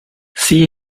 see